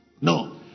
no